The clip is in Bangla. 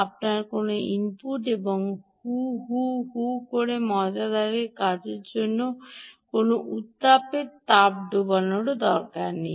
আপনার কোনও ইনপুট এবং মাঝে কোনও উত্তাপের তাপ ডুবানোর দরকার নেই